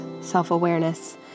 self-awareness